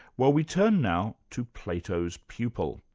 well we turn now to plato's pupil,